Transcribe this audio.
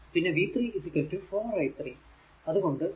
അത് കൊണ്ട് 4 1